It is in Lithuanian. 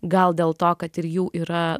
gal dėl to kad ir jų yra